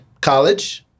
College